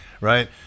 right